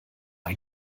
ein